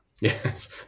Yes